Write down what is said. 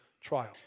trial